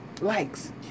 likes